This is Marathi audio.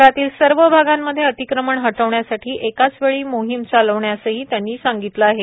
शहरातील सर्व भागांमध्ये अतिक्रमण हटवण्यासाठी एकाच वेळी मोहीम चालविण्यासही त्यांनी सांगितलं आहे